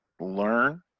learn